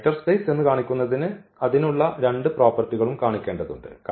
vector space എന്ന് കാണിക്കുന്നതിന് അതിനുള്ള രണ്ട് പ്രോപ്പർട്ടികളും കാണിക്കേണ്ടതുണ്ട്